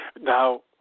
Now